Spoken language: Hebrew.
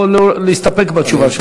או להסתפק בתשובה שלך?